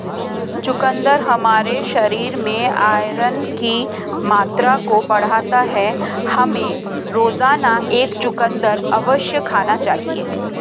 चुकंदर हमारे शरीर में आयरन की मात्रा को बढ़ाता है, हमें रोजाना एक चुकंदर अवश्य खाना चाहिए